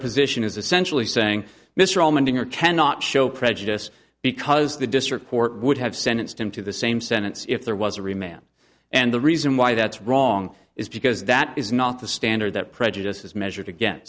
position is essentially saying mr all mending or cannot show prejudice because the district court would have sentenced him to the same sentence if there was a real man and the reason why that's wrong is because that is not the standard that prejudice is measured again